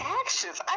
actions